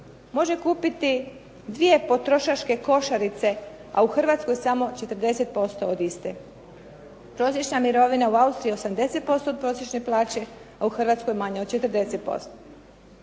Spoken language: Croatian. može kupiti dvije potrošačke košarice, a u Hrvatskoj samo 40% od iste. Prosječna mirovina u Austriji je 80% od prosječne plaće, a u Hrvatskoj manja od 40%.